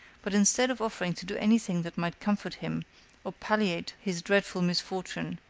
but instead of offering to do anything that might comfort him or palliate his dreadful misfortune,